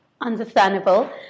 Understandable